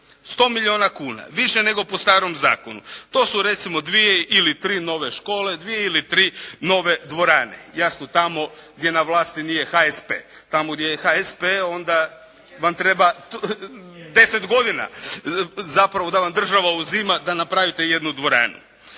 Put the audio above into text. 100 milijuna kuna više nego po starom zakonu. To su recimo dvije ili tri nove škole, dvije ili tri nove dvorane. Jasno tamo gdje na vlasti nije HSP. Tamo gdje je HSP onda vam treba 10 godina zapravo da vam država da napravite jednu dvoranu.